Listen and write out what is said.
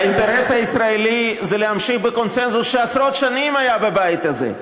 האינטרס הישראלי זה להמשיך בקונסנזוס שעשרות שנים היה בבית הזה,